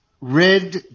red